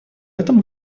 этом